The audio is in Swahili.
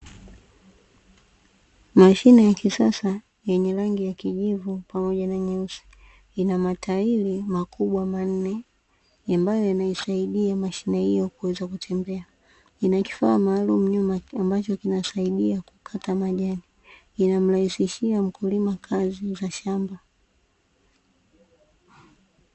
Mashine ya kisasa yenye rangi ya kijivu pamoja na nyeusi ina matairi makubwa manne ambayo yanaisaidia mashine hiyo kuweza kutembea, ina kifaa maalumu nyuma ambacho kinasaidia kukata majani. Inamrahisishia mkulima kazi za shamba.